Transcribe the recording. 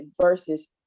versus